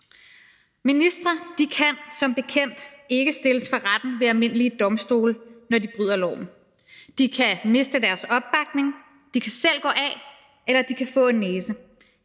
Ministre kan som bekendt ikke stilles for retten ved almindelige domstole, når de bryder loven. De kan miste deres opbakning, de kan selv gå af, eller de kan få en næse.